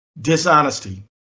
Dishonesty